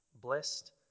Blessed